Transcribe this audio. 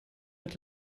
mit